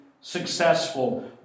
successful